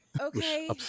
okay